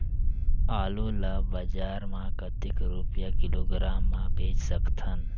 आलू ला बजार मां कतेक रुपिया किलोग्राम म बेच सकथन?